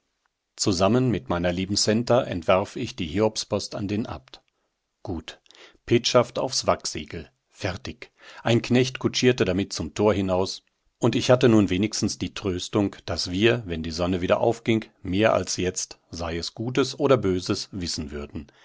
zusammen mit meiner lieben centa entwarf ich die hiobspost an den abt gut petschaft aufs wachssiegel fertig ein knecht kutschierte damit zum tor hinaus und ich hatte nun wenigstens die tröstung daß wir wenn die sonne wieder aufging mehr als jetzt sei es gutes oder böses wissen würden